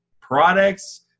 products